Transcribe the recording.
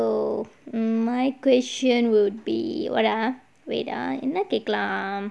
okay so my question will be what ah wait ah என்ன கேட்கலாம்:enna ketkkalaam